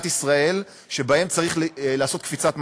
ישראל שבהם צריך לעשות קפיצת מדרגה.